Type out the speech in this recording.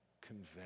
convey